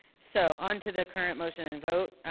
so onto the current motion and vote